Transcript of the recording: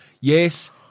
yes